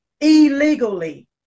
illegally